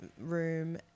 room